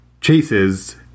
chases